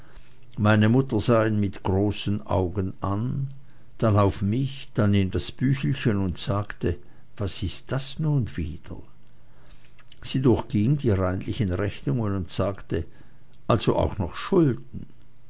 meine mutter sah ihn mit großen augen an dann auf mich dann in das büchelchen und sagte was ist das nun wieder sie durchging die reinlichen rechnungen und sagte also auch noch schulden